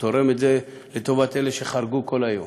אני תורם את זה לטובת אלה שחרגו כל היום.